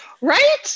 Right